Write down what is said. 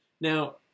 Now